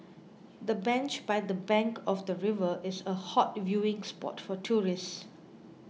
the bench by the bank of the river is a hot viewing spot for tourists